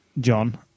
John